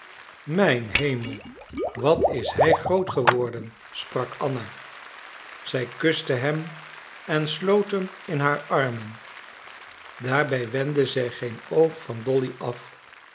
mijn hemel wat is hij groot geworden sprak anna zij kuste hem en sloot hem in haar armen daarbij wendde zij geen oog van dolly af